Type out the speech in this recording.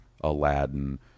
Aladdin